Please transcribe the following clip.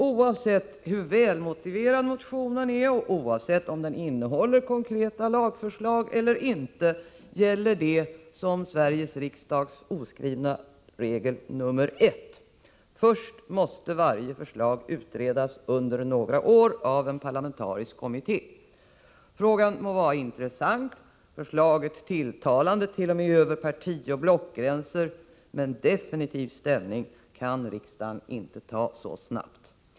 Oavsett hur välmotiverad motionen är och oavsett om den innehåller konkreta lagförslag eller inte gäller det som Sveriges riksdags oskrivna regel nr 1. Först måste varje förslag utredas under några år av en parlamentarisk kommitté. Frågan må vara intressant, förslaget tilltalande t.o.m. över partioch blockgränser, men definitiv ställning kan riksdagen inte ta så snabbt.